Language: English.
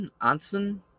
Anson